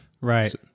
Right